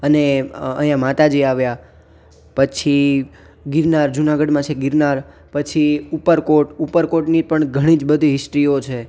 અને અહીંયા માતાજી આવ્યા પછી ગિરનાર જુનાગઢમાં છે ગિરનાર પછી ઉપરકોટ ઉપરકોટની પણ ઘણી જ બધી હિસ્ટ્રીઓ છે